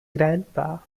grandpa